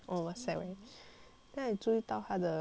then I 注意到他的他的 leg is like